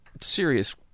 serious